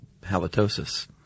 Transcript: halitosis